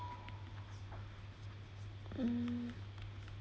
mm